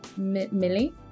Millie